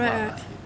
!wah!